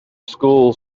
school